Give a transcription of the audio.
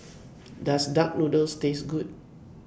Does Duck Noodles Taste Good